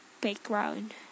background